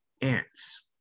ants